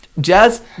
Jazz